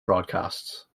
broadcasts